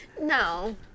No